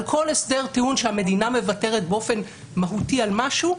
על כל הסדר טיעון שהמדינה מוותרת באופן מהותי על משהו,